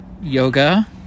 yoga